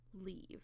Leave